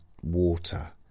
water